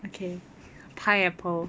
okay pineapple